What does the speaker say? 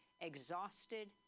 Exhausted